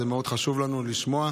זה מאוד חשוב לנו לשמוע.